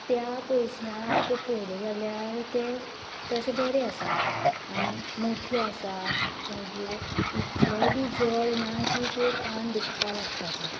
त्या पयशांक पळयलें जाल्यार तें तशें बरें आसा आनी मोठी आसा मागीर इतलेय बी जड ना की तें कान दुखपाक लागपाचे